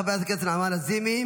חברת הכנסת נעמה לזימי.